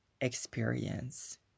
experience